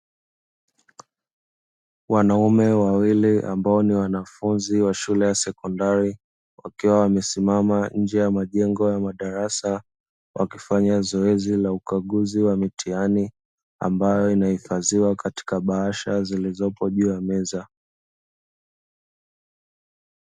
Wanaume wawili ambao ni wanafunzi wa shule ya sekondari wakiwa wamesimama nje ya majengo ya madarasa wakifanya zoezi la ukaguzi wa mitihani ambayo inahifadhiwa katika bahasha zilizopo juu ya meza.